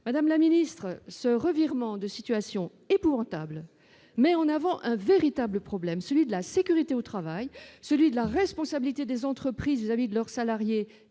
madame la ministre, ce revirement de situation épouvantable met en avant un véritable problème, celui de la sécurité au travail, celui de la responsabilité des entreprises vis-à-vis de leurs salariés